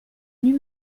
nuit